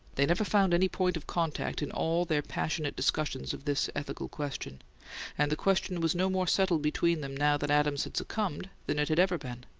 they never found any point of contact in all their passionate discussions of this ethical question and the question was no more settled between them, now that adams had succumbed, than it had ever been.